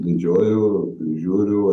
medžioju žiūriu